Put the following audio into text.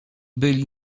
byli